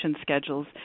schedules